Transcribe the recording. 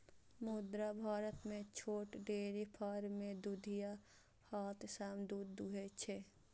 मुदा भारत मे छोट डेयरी फार्म मे दुधिया हाथ सं दूध दुहै छै